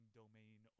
domain